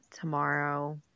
tomorrow